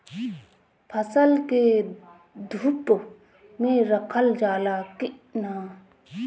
फसल के धुप मे रखल जाला कि न?